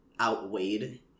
outweighed